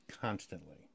constantly